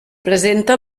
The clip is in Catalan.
presenta